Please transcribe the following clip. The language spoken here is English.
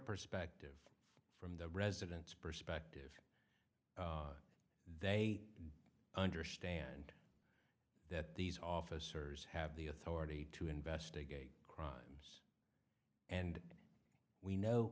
perspective from the residence perspective they understand that these officers have the authority to investigate crimes and we know